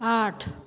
आठ